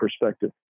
perspective